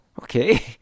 okay